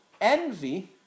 Envy